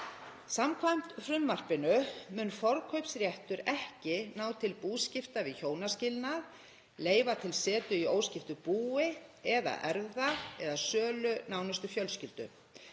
Samkvæmt frumvarpinu mun forkaupsréttur ekki ná til búskipta við hjónaskilnað, leyfa til setu í óskiptu búi eða erfða eða sölu til nánustu fjölskyldu.